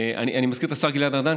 אני מזכיר את השר גלעד ארדן,